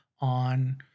on